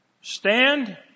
stand